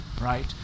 right